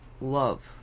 love